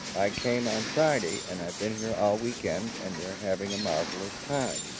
i came on friday and i've been here all weekend and we're having a marvellous time.